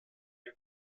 new